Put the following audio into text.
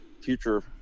future